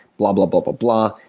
blah, blah, blah, but blah.